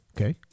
Okay